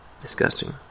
Disgusting